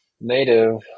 native